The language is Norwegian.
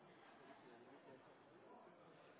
tvert imot. For